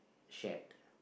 shade